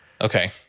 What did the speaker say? Okay